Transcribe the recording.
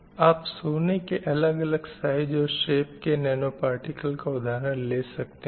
आप सोने के अलग अलग साइज़ और शेप के नैनो पार्टिकल का उदाहरण ले सकते हैं